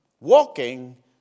walking